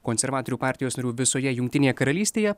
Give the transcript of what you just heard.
konservatorių partijos narių visoje jungtinėje karalystėje